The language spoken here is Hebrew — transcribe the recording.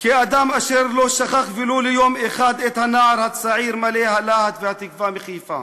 כאדם אשר לא שכח ולו ליום אחד את הנער הצעיר מלא הלהט והתקווה מחיפה